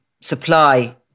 supply